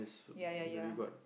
ya ya ya